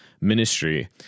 ministry